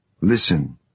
Listen